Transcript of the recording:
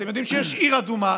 אתם יודעים שיש עיר אדומה,